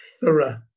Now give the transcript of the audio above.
thorough